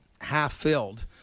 half-filled